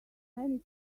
many